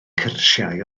cyrsiau